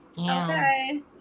Okay